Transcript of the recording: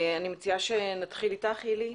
אני מציעה שנתחיל עם הילי,